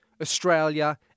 Australia